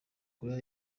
korea